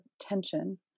tension